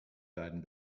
beiden